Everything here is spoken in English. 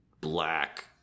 black